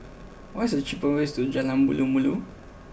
what is the cheapest way to Jalan Malu Malu